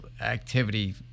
activity